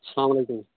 اسَلامُ علیکُم